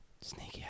sneaky